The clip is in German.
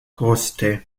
kruste